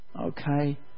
Okay